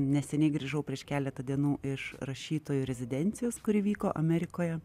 neseniai grįžau prieš keletą dienų iš rašytojų rezidencijos kuri vyko amerikoje